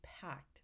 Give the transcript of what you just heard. packed